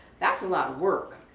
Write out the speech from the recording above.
that's a lot of work.